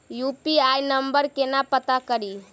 UPI number केना पत्ता कड़ी?